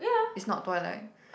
it's not toilet